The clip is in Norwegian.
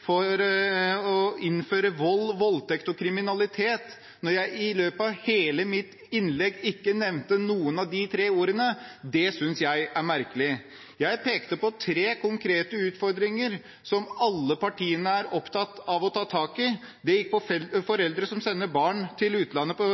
for å innføre vold, voldtekt og kriminalitet, når jeg i løpet av hele mitt innlegg ikke nevnte noen av de tre ordene, synes jeg er merkelig. Jeg pekte på tre konkrete utfordringer som alle partiene er opptatt av å ta tak i. Det gikk ut på foreldre som sender barn til utlandet på